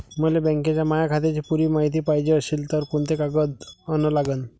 मले बँकेच्या माया खात्याची पुरी मायती पायजे अशील तर कुंते कागद अन लागन?